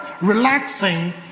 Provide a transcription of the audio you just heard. relaxing